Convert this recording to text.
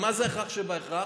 ומה זה ההכרח שבהכרח?